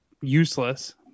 useless